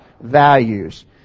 values